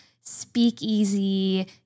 speakeasy